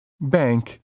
bank